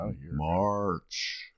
March